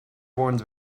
warns